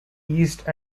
east